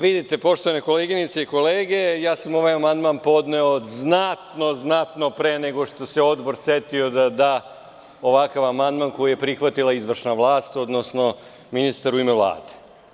Vidite, poštovane koleginice i kolege, ovaj amandman sam podneo znatno, znatno pre nego što se Odbor setio da da ovakav amandman koji je prihvatila izvršna vlast, odnosno ministar u ime Vlade.